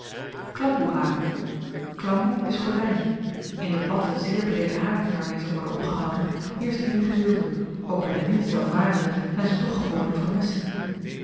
klamboe haken klamboe is gordyn in de platte zeer breede haken waarmee ze worden opgehouden heerscht eenige weelde ook by den minstwelvarende zyn ze toch gewoonlyk van messing